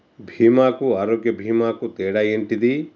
బీమా కు ఆరోగ్య బీమా కు తేడా ఏంటిది?